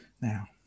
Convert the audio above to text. now